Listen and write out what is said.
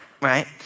right